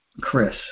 Chris